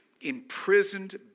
imprisoned